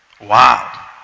Wow